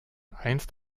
einst